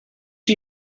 you